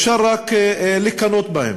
אפשר רק לקנא בהם,